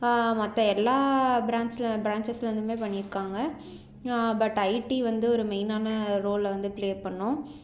மற்ற எல்லா பிரான்ச்சில் பிரான்சஸ்லேந்துமே பண்ணி இருக்காங்க பட் ஐடி வந்து ஒரு மெயினான ரோலை வந்து ப்ளே பண்ணும்